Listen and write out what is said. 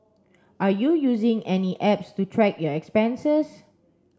are you using any apps to track your expenses